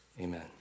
Amen